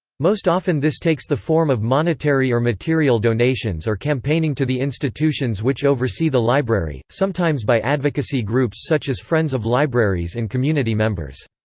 most often this takes the form of monetary or material donations or campaigning to the institutions which oversee the library, sometimes by advocacy groups such as friends of libraries and community members.